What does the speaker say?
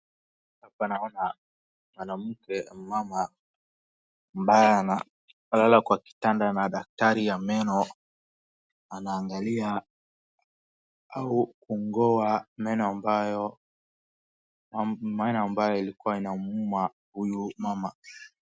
Hapa naona mwanamke au mama ambaye analala kwa kitanda na daktari ya meno anaangalia au kung`oa meno ambayo ilikua inamuuma huyu mama .